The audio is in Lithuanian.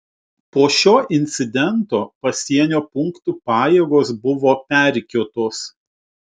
po šio incidento pasienio punktų pajėgos buvo perrikiuotos